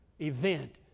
event